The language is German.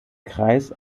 kreis